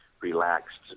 relaxed